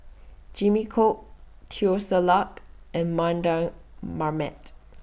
Jimmy Chok Teo Ser Luck and Mardan Mamat